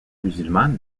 musulmane